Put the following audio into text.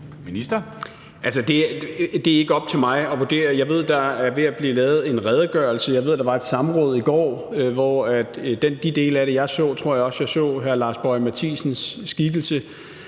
det er ikke op til mig at vurdere. Jeg ved, der er ved at blive lavet en redegørelse. Jeg ved, at der var et samråd i går, hvor jeg i de dele af det, jeg så, også tror, jeg så hr. Lars Boje Mathiesens skikkelse.